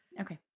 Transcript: Okay